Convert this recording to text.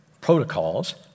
protocols